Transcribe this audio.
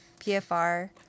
PFR